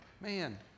man